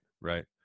right